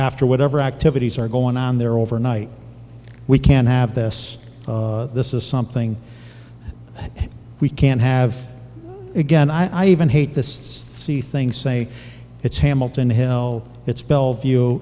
after whatever activities are going on there overnight we can have this this is something we can't have again i even hate this tsunami thing say it's hamilton hill it's bellevue